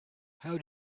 how